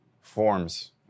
forms